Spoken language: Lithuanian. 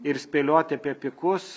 ir spėliot apie pikus